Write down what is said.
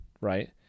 right